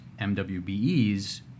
MWBEs